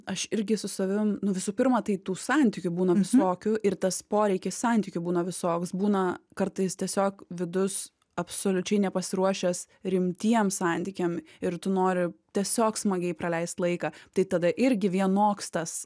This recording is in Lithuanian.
aš irgi su savim nu visų pirma tai tų santykių būna visokių ir tas poreikis santykių būna visoks būna kartais tiesiog vidus absoliučiai nepasiruošęs rimtiem santykiam ir tu nori tiesiog smagiai praleist laiką tai tada irgi vienoks tas